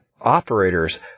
operators